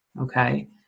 okay